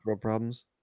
problems